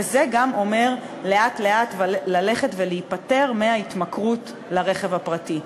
וזה גם אומר לאט-לאט להיפטר מההתמכרות לרכב הפרטי.